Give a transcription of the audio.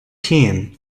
team